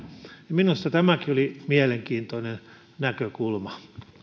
minusta tämäkin oli mielenkiintoinen näkökulma